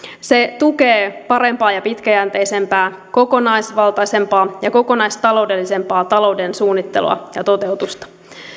se tukee parempaa ja pitkäjänteisempää kokonaisvaltaisempaa ja kokonaistaloudellisempaa talouden suunnittelua ja toteutusta